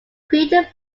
crater